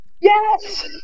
Yes